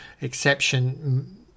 exception